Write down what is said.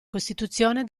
costituzione